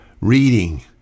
reading